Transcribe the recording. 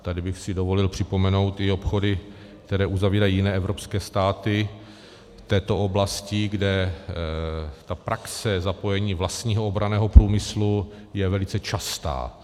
Tady bych si dovolil připomenout i obchody, které uzavírají jiné evropské státy v této oblasti, kde praxe zapojení vlastního obranného průmyslu je velice častá.